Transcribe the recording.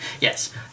Yes